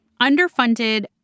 Underfunded